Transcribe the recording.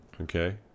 Okay